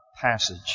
passage